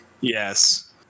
Yes